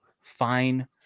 fine